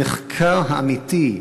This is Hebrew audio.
המחקר האמיתי,